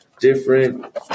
different